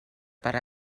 per